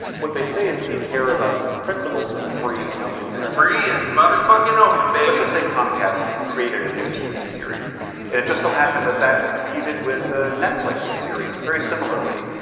what they say is that they care about the principles of a free and open internet. free and motherfuckin open, baby. lets just say comcast created a new tv series. and it just so happened that that competed with ah netflix series, very similarly.